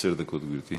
עשר דקות, גברתי.